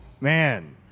Man